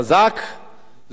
זאת היתה הכוונה.